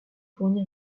fourni